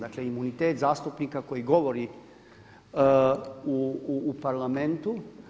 Dakle, imunitet zastupnika koji govori u Parlamentu.